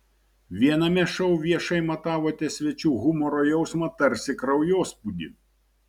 viename šou viešai matavote svečių humoro jausmą tarsi kraujospūdį